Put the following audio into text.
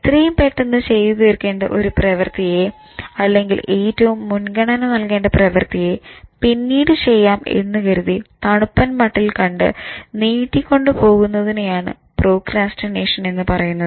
എത്രയും പെട്ടെന്ന് ചെയ്ത് തീർക്കേണ്ട ഒരു പ്രവൃത്തിയെ അല്ലെങ്കിൽ ഏറ്റവും മുൻഗണന നൽകേണ്ട പ്രവൃത്തിയെ പിന്നീട് ചെയ്യാം എന്ന് കരുതി തണുപ്പൻ മട്ടിൽ കണ്ട് നീട്ടികൊണ്ട് പോകുന്നതിനെയാണ് പ്രോക്രാസ്റ്റിനേഷൻ എന്ന് പറയുന്നത്